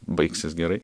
baigsis gerai